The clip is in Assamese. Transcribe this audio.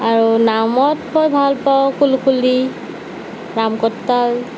আৰু নামত মই ভাল পাওঁ কুলকুলি ৰাম কৰটাল